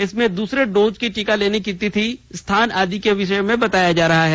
इसमें दूसरे डोज की टीका लेने की तिथि स्थान आदि के बारे में बताया जा रहा है